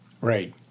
Right